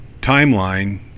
timeline